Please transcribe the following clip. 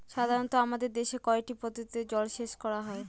সাধারনত আমাদের দেশে কয়টি পদ্ধতিতে জলসেচ করা হয়?